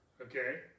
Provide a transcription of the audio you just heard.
Okay